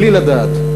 בלי לדעת,